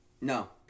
No